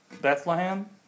Bethlehem